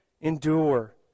endure